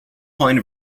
point